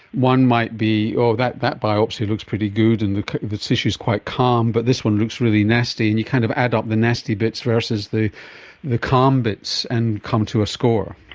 one might be, oh, that that biopsy looks pretty good and the the tissue quite calm but this one looks really nasty, and you kind of add up the nasty bits versus the the calm bits and come to a score.